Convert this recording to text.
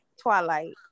Twilight